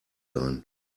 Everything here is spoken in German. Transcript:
sein